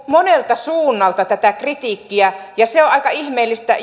monelta suunnalta tätä kritiikkiä on aika ihmeellistä